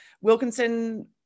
Wilkinson